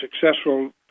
successful